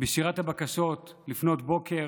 בשירת הבקשות לפנות בוקר,